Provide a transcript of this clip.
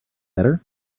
better